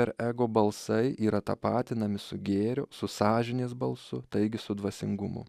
ir ego balsai yra tapatinami su gėriu su sąžinės balsu taigi su dvasingumu